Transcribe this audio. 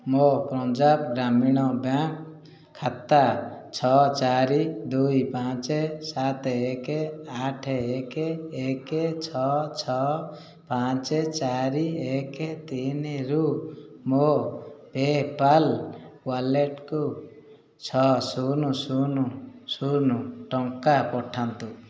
ମୋ ପଞ୍ଜାବ ଗ୍ରାମୀଣ ବ୍ୟାଙ୍କ୍ ଖାତା ଛଅ ଚାରି ଦୁଇ ପାଞ୍ଚ ସାତ ଏକ ଆଠ ଏକ ଏକ ଛଅ ଛଅ ପାଞ୍ଚ ଚାରି ଏକ ତିନିରୁ ମୋ ପେପାଲ୍ ୱାଲେଟ୍କୁ ଛଅ ଶୂନ ଶୂନ ଶୂନ ଟଙ୍କା ପଠାନ୍ତୁ